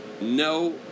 No